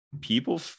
people